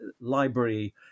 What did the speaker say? library